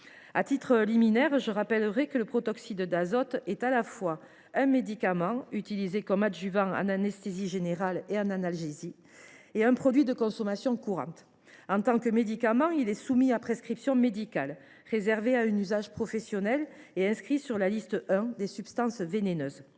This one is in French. tel. Je rappelle également que le protoxyde d’azote est à la fois un médicament, utilisé comme adjuvant en anesthésie générale et en analgésie, et un produit de consommation courante. En tant que médicament, il est soumis à une prescription médicale, réservé à un usage professionnel, et inscrit sur la liste 1 des substances vénéneuses.